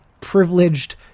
privileged